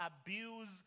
abuse